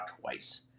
twice